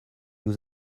nous